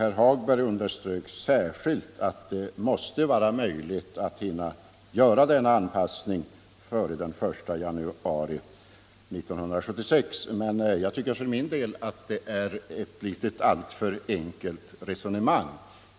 Herr Hagberg underströk särskilt att det måste vara möjligt att hinna göra denna anpassning före den 1 januari 1976. Jag tycker att det är ett allför enkelt resonemang.